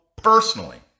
personally